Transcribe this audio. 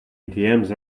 atms